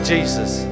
Jesus